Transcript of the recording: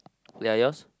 ya yours